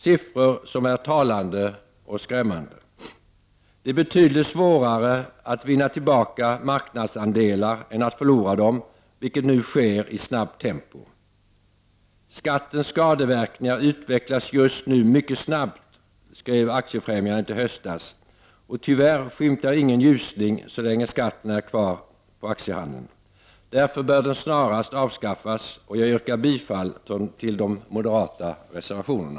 Siffrorna är talande och skrämmande. Det är betydligt svårare att vinna tillbaka marknadsandelar än att förlora dem, vilket nu sker i snabbt tempo. ”Skattens skadeverkningar utvecklas just nu mycket snabbt”, skrev Aktiefrämjandet i höstas, och tyvärr skymtar ingen ljusning så länge skatten på aktiehandeln är kvar. Därför bör den snarast avskaffas. Jag yrkar bifall till de moderata reservationerna.